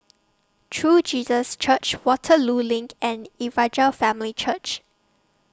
True Jesus Church Waterloo LINK and Evangel Family Church